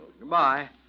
Goodbye